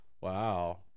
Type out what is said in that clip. wow